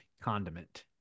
condiment